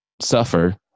suffer